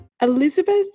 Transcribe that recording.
Elizabeth